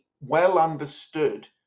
well-understood